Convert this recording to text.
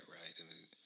right